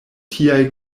tiaj